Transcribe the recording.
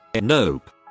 Nope